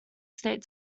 state